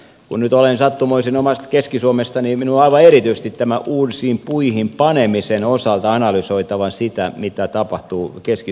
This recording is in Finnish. kun nyt olen sattumoisin keski suomesta niin minun on aivan erityisesti tämän uusiin puihin panemisen osalta analysoitava sitä mitä tapahtuu keski suomen kannalta